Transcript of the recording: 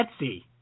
Etsy